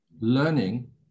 learning